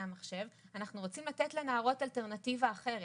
המחשב אנחנו רוצים לתת לנערות אלטרנטיבה אחרת.